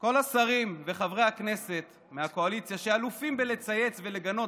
כל השרים וחברי הכנסת מהקואליציה שאלופים בלצייץ ולגנות